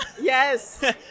Yes